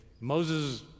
Moses